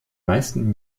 meisten